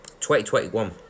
2021